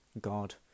God